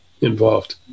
involved